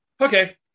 okay